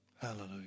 Hallelujah